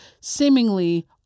seemingly